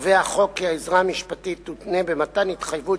קובע החוק כי העזרה המשפטית תותנה במתן התחייבות